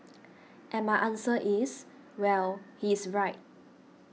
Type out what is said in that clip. and my answer is well he's right